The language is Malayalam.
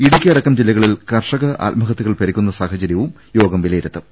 ഇടുക്കിയടക്കം ജില്ലകളിൽ കർഷക ആത്മഹത്യ കൾ പെരുകുന്ന സാഹചരൃവും യോഗം വിലയിരുത്തും